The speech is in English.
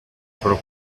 for